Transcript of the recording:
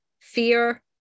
Fear